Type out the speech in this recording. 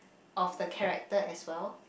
of the character as well